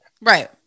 Right